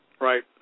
right